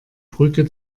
brücke